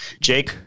Jake